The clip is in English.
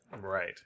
Right